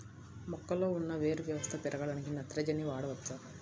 మొక్కలో ఉన్న వేరు వ్యవస్థ పెరగడానికి నత్రజని వాడవచ్చా?